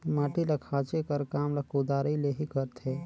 माटी ल खाचे कर काम ल कुदारी ले ही करथे